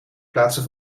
plaatsen